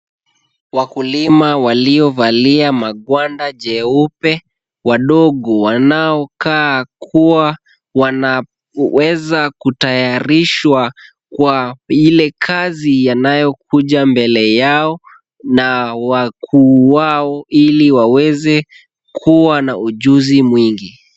Wakulima waliovaa magwanda jeupe wadogo wanaokaa kuwa wanaweza kutayarishwa ile kazi anayokuja mbele yao na wakuu ili waweze kuwa na ujuzi mwingi.